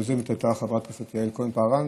היוזמת הייתה חברת הכנסת יעל כהן-פארן.